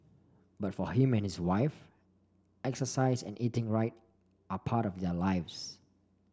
but for him and his wife exercise and eating right are part of their lives